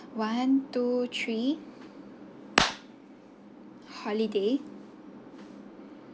one two three holiday